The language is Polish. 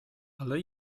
ale